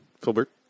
Filbert